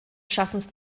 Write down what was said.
schaffens